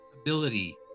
ability